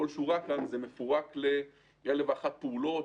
כל שורה כאן מפורקת לאלף ואחת פעולות,